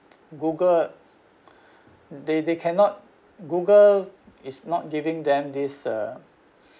Google they they cannot Google is not giving them this uh